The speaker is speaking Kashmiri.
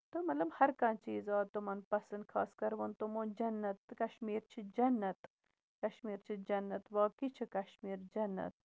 تہٕ مطلب ہَر کانہہ چیٖز آو تِمَن پَسند خاص کر ووٚن تِمَو جَنت کَشمیٖر چھُ جَنت کَشمیٖر چھُ جنَت واقعی چھُ کَشمیٖر جَنت